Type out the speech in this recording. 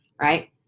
right